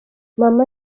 mama